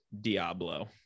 Diablo